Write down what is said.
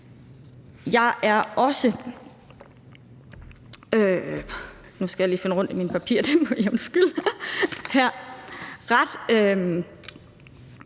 Jeg er også ret